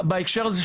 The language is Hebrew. בהקשר הזה,